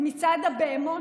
מסתדרת.